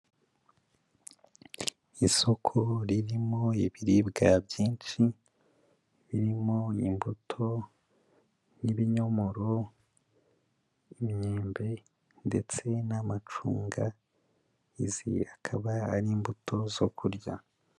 Isoko ririmo ibiribwa byinshi, birimo imbuto nk'ibinyomoro, imyembe ndetse n'amacunga, izi akaba ari imbuto zo kurya.